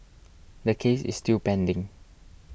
the case is still pending